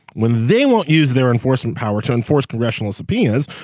when they won't use their enforcement power to enforce congressional subpoenas.